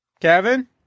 Kevin